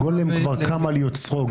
הגולם כבר קם על יוצרו.